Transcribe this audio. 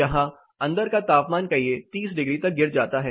यहां अंदर का तापमानकहिए 30 डिग्री तक गिर जाता है